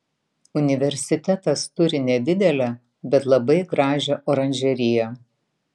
universitetas turi nedidelę bet labai gražią oranžeriją